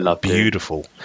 beautiful